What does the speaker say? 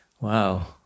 Wow